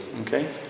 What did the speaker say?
okay